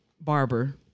Barber